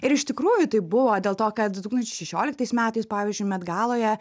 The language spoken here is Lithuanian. ir iš tikrųjų taip buvo dėl to kad du tūkstančiai šešioliktais metais pavyzdžiui met galoje